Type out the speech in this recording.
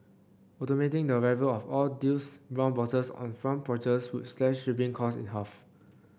automating the arrival of all those brown boxes on front porches would slash shipping costs in half